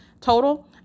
total